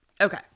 Okay